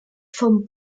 vom